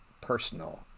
personal